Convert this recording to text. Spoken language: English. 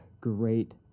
Great